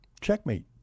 Checkmate